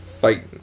fighting